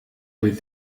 with